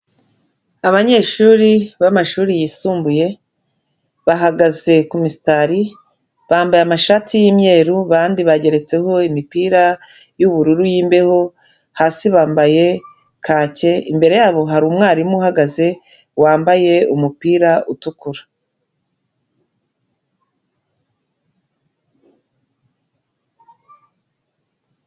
Abanyeshuri b'amashuri yisumbuye, bahagaze ku mistari, bambaye amashati y'imyeru abandi bageretseho imipira y'ubururu y'imbeho, hasi bambaye kake, imbere yabo hari umwarimu uhagaze wambaye umupira utukura.